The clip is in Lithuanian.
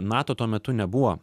nato tuo metu nebuvo